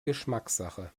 geschmackssache